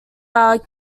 are